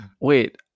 Wait